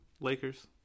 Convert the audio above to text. Lakers